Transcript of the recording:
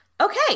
Okay